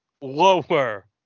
lower